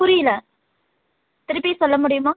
புரியல திருப்பி சொல்ல முடியுமா